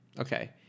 Okay